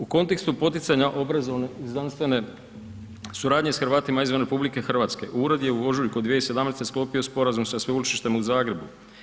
U kontekstu poticanja obrazovne i znanstvene suradnje s Hrvatima izvan RH ured je u ožujku 2017. sklopio sporazum sa Sveučilištem u Zagrebu.